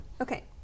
Okay